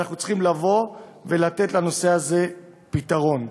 ואנחנו צריכים לתת לנושא הזה פתרון.